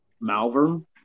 Malvern